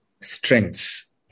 strengths